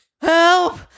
Help